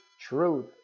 truth